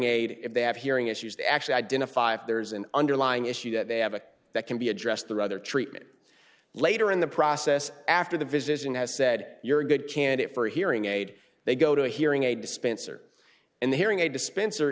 have hearing issues to actually identify if there's an underlying issue that they have a that can be addressed through other treatment later in the process after the visit has said you're a good candidate for a hearing aid they go to a hearing aid dispenser and the hearing aid dispenser